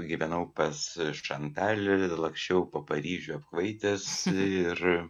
gyvenau pas šantal laksčiau po paryžių apkvaitęs ir